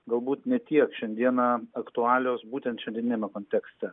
galbūt ne tiek šiandieną aktualios būtent šiandieniniame kontekste